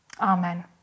Amen